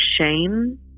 shame